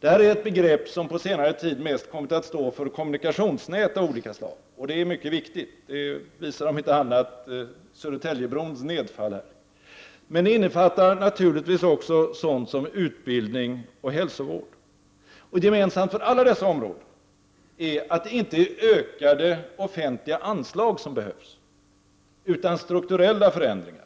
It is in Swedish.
Detta begrepp har på senare tid mest kommit att stå för kommunikationsnät av olika slag, och dessa är mycket viktiga. Det visar, om inte annat, Södertäljebrons nedrasande. Men det innefattar naturligtvis också sådant som utbildning och hälsovård. Gemensamt för alla dessa områden är att det inte är ökade offentliga anslag som behövs utan strukturella förändringar,